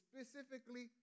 specifically